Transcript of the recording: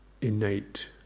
innate